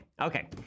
Okay